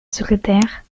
secrétaire